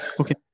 Okay